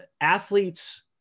athletes